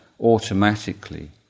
automatically